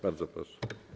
Bardzo proszę.